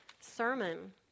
sermon